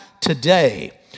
today